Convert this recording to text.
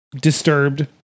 Disturbed